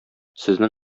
сезнең